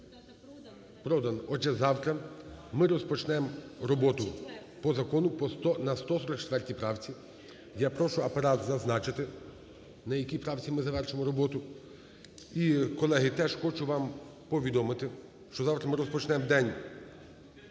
Продан. Отже, завтра ми розпочнемо роботу по закону на 144 правці. Я прошу Апарат зазначити, на якій правці ми завершили роботу. І, колеги, теж хочу вам повідомити, що завтра ми розпочнемо день…